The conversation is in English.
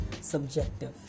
subjective